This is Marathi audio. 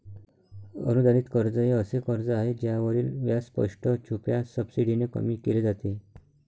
अनुदानित कर्ज हे असे कर्ज आहे ज्यावरील व्याज स्पष्ट, छुप्या सबसिडीने कमी केले जाते